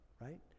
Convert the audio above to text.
Right